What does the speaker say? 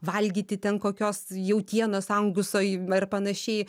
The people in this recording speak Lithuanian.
valgyti ten kokios jautienos anguso ar panašiai